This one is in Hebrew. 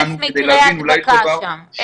אפס מקרי הדבקה שם.